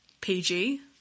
PG